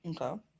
Okay